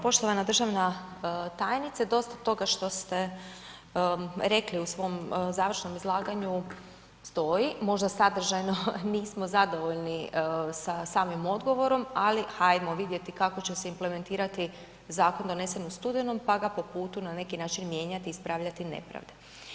Poštovana državna tajnice, dosta toga što ste rekli u svom završnom izlaganju, stoji, možda sadržajno nismo zadovoljni sa samim odgovorom ali ajmo vidjeti kako će se implementirati zakon donesen u studenom pa ga po putu na neki način mijenjati i ispravljati nepravde.